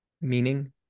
meaning